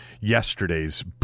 Yesterday's